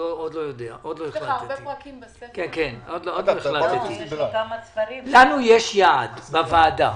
לנו יש יעד בוועדה,